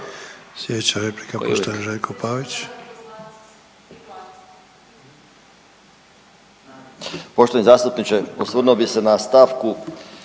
Sljedeća replika poštovani Željko Pavić.